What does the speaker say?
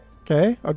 Okay